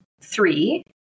three